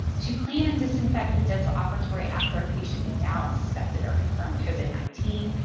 to clean and disinfect the dental operatory after a patient without suspected or confirmed covid nineteen,